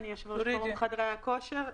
אני יושב-ראש פורום חדרי הכושר.